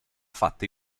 fatta